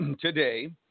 today